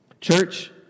Church